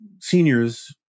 seniors